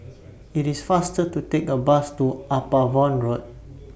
IT IS faster to Take A Bus to Upavon Road